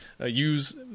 use